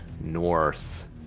north